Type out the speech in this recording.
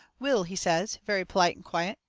will, he says, very polite and quiet,